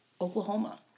Oklahoma